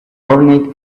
ornate